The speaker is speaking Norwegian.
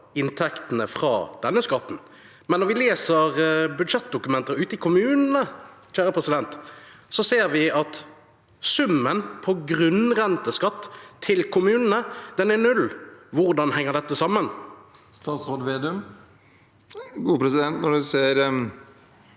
inntektene fra denne skatten. Men når vi leser budsjettdokumenter ute i kommunene, ser vi at summen på grunnrenteskatt til kommunene er null. Hvordan henger dette sammen? Statsråd Trygve